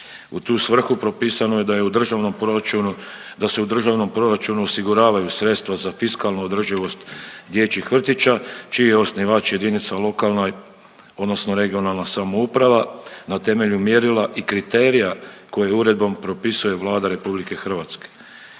U tu svrhu propisano je da se u državnom proračunu osiguravaju sredstva za fiskalnu održivost dječjih vrtića čiji je osnivač jedinice lokalne odnosno regionalna samouprava na temelju mjerila i kriterija koje uredbom propisuje Vlada RH.